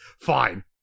Fine